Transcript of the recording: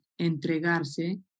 entregarse